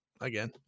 again